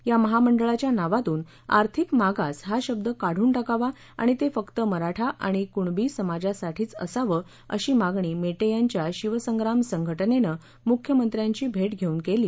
या महामंडळाच्या नावातून आर्थिक मागास हा शब्द काढून टाकावा आणि ते फक्त मराठा आणि कुणबी समाजासाठीच असावं अशी मागणी मेटे यांच्या शिवसंग्राम संघटनेनं मुख्यमंत्र्यांची भेट घेऊन केली